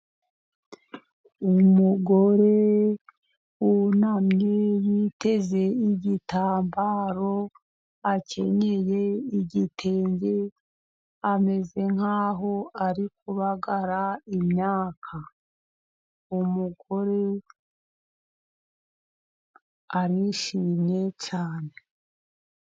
Umugore wunamye witeze igitambaro akenyeye igitenge, ameze nkaho ari kubagara imyaka. Umugore arishimye cyane.